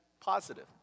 positive